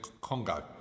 Congo